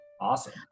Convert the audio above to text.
awesome